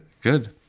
Good